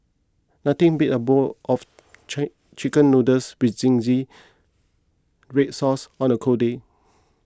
nothing beats a bowl of chi Chicken Noodles with Zingy Red Sauce on a cold day